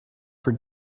for